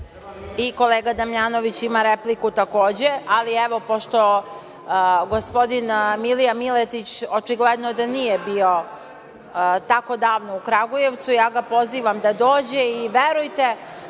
I kolega Damjanović ima repliku takođe, ali pošto gospodin Milija Miletić očigledno nije bio tako davno u Kragujevcu, ja ga pozivam da dođe. Verujte,